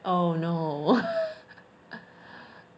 oh no